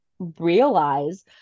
Realize